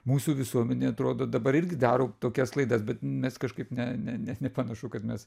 mūsų visuomenė atrodo dabar irgi daro tokias klaidas bet mes kažkaip ne net nepanašu kad mes